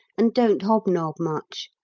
and don't hobnob much.